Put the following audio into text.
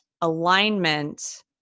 alignment